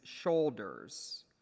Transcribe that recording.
shoulders